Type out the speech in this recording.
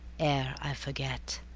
ere i forget.